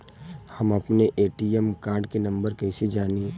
हम अपने ATM card के नंबर कइसे जानी?